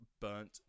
burnt